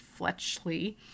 fletchley